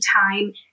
time